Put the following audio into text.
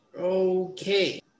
Okay